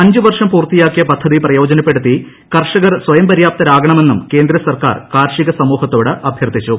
അഞ്ച് വർഷം പൂർത്തിയാക്കിയ പദ്ധതി പ്രയോജ്നപ്പെടുത്തി കർഷകർ സ്വയംപര്യാപ്തരാകണം എന്നൂറി ്ട്രേന്ദ്ര സർക്കാർ കാർഷിക സമൂഹത്തോട് അഭ്യർത്ഥിച്ചു